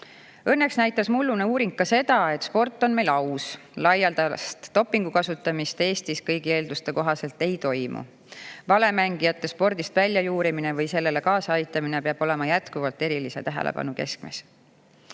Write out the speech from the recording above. näitas mullune uuring ka seda, et sport on meil aus. Laialdast dopingu kasutamist Eestis kõigi eelduste kohaselt ei toimu. Valemängijate spordist väljajuurimine või sellele kaasa aitamine peab olema jätkuvalt erilise tähelepanu